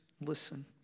listen